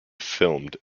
filmed